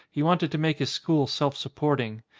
he wanted to make his school self supporting.